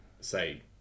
say